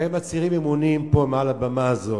הרי הם מצהירים אמונים פה מעל הבמה הזאת,